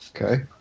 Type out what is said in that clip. Okay